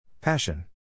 Passion